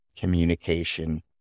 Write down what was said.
communication